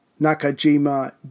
Nakajima